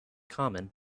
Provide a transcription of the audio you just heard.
common